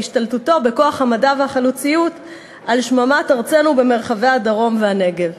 בהשתלטותו בכוח המדע והחלוציות על שממת ארצנו במרחבי הדרום והנגב.